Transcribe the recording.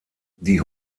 die